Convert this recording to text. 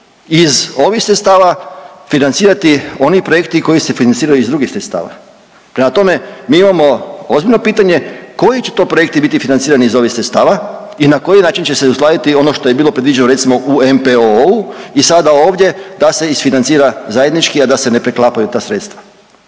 iz ovih sredstava financirati oni projekti koji se financiraju iz drugih sredstava. Prema tome, mi imamo ozbiljno pitanje koji će to projekti biti financirani iz ovih sredstava i na koji način će se uskladiti ono što je bilo predviđeno recimo u NPOO-u i sada ovdje da se isfinancira zajednički, a da se ne preklapaju ta sredstva?